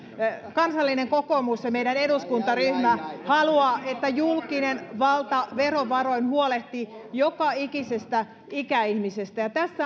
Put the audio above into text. kansallinen kokoomus ja meidän eduskuntaryhmämme haluaa että julkinen valta verovaroin huolehtii joka ikisestä ikäihmisestä ja tässä